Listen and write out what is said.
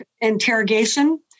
interrogation